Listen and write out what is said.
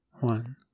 one